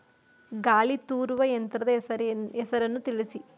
ಗಾಳಿ ತೂರುವ ಯಂತ್ರದ ಹೆಸರನ್ನು ತಿಳಿಸಿ?